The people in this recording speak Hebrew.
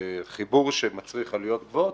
בחיבור שמצריך עלויות גבוהות,